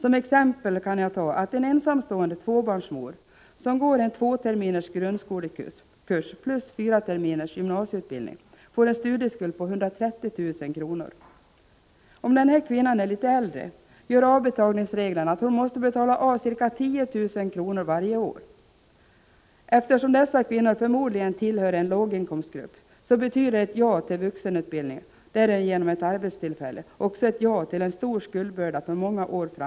Som exempel kan tas, att en ensamstående tvåbarnsmor, som går två terminers grundskolekurs plus fyra terminers gymnasieutbildning, får en studieskuld på 130 000 kr. Om denna kvinna är litet äldre gör avbetalningsreglerna att hon måste betala av ca 10 000 kr. varje år. Eftersom dessa kvinnor förmodligen tillhör en låginkomstgrupp, betyder ett ”ja” till vuxenutbildning — och därigenom arbetstillfälle — också ett ”ja” till en stor skuldbörda för många år.